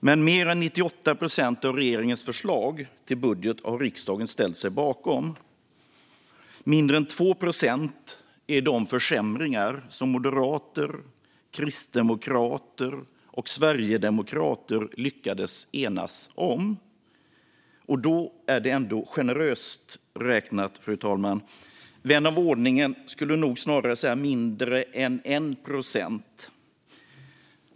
Men mer än 98 procent av regeringens förslag till budget har riksdagen ställt sig bakom. Mindre än 2 procent utgörs av de försämringar som moderater, kristdemokrater och sverigedemokrater lyckades enas om, och då är det ändå generöst räknat. Vän av ordning skulle nog snarare säga mindre än 1 procent.